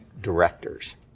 directors